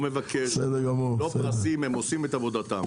לא מבקש פרסים, הם עושים את עבודתם.